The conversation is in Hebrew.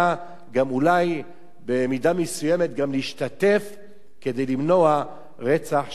אולי במידה מסוימת גם להשתתף כדי למנוע רצח של המונים,